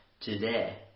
today